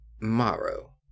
Maro